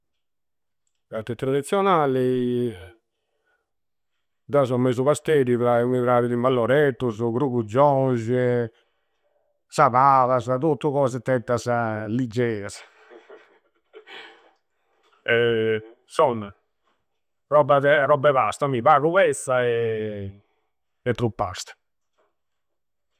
Piatti tradizionalli. Deu seu mesu pasteri ca mi praghidi malloreddussu, grugugioisi e, sa babasa. Tottu cositteddasa liggerasa. Eh! Insomma. Roba de. Roba e pasta, mì. Pagu pezza e e pru pasta.